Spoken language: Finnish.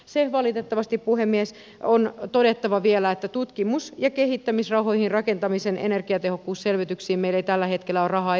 se valitettavasti puhemies on todettava vielä että tutkimus ja kehittämisrahoihin rakentamisen energiatehokkuusselvityksiin meillä ei tällä hetkellä ole rahaa